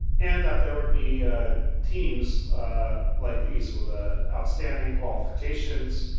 and that there would be teams like these, with ah outstanding qualifications,